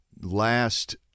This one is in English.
last